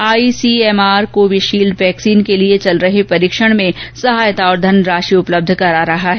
ICMR Covishield vaccine के लिए चल रहे परीक्षण में सहायता और धनराशि उपलब्ध करा रहा है